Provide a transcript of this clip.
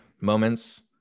moments